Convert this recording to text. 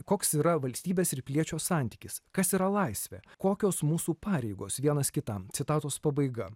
koks yra valstybės ir piliečio santykis kas yra laisvė kokios mūsų pareigos vienas kitam citatos pabaiga